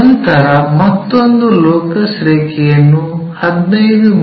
ನಂತರ ಮತ್ತೊಂದು ಲೋಕಸ್ ರೇಖೆಯನ್ನು 15 ಮಿ